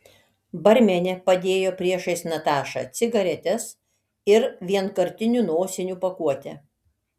barmenė padėjo priešais natašą cigaretes ir vienkartinių nosinių pakuotę